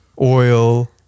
oil